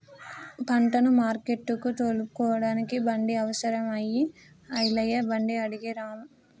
పంటను మార్కెట్టుకు తోలుకుపోడానికి బండి అవసరం అయి ఐలయ్య బండి అడిగే రాము